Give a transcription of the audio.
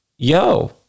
Yo